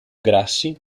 grassi